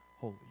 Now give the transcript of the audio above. holy